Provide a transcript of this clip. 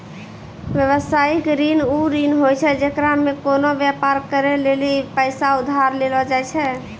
व्यवसायिक ऋण उ ऋण होय छै जेकरा मे कोनो व्यापार करै लेली पैसा उधार लेलो जाय छै